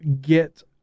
get